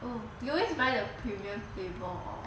oh you always buy the premium flavour or